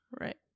Right